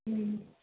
હમ્મ